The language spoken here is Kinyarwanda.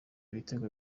ibitego